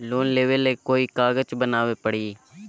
Loan लेबे ले कोई कागज बनाने परी?